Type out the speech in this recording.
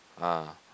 ah